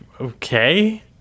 okay